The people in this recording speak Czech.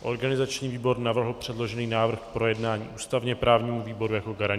Organizační výbor navrhl předložený návrh k projednání ústavněprávnímu výboru jako garančnímu.